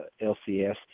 LCS